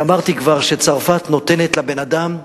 ואמרתי כבר שצרפת נותנת לבן-אדם,